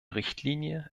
richtlinie